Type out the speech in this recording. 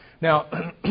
Now